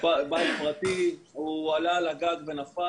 הוא עלה על הגג ונפל.